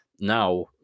Now